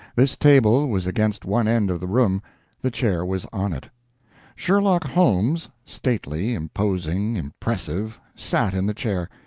this table was against one end of the room the chair was on it sherlock holmes, stately, imposing, impressive, sat in the chair.